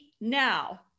now